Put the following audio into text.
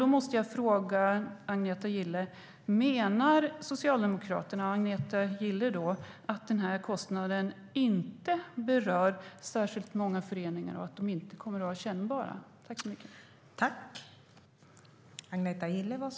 Då måste jag fråga Agneta Gille: Menar Socialdemokraterna och Agneta Gille att den här kostnaden inte berör särskilt många föreningar och att den inte kommer att märkas?